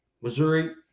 Missouri